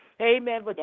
amen